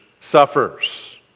suffers